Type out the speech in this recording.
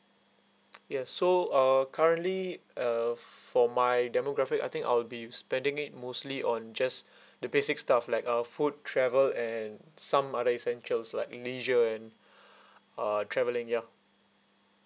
yes so err currently uh for my demographic I think I'll be spending it mostly on just the basic stuff like uh food travel and some other essentials like leisure and uh travelling ya